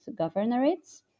governorates